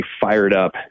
fired-up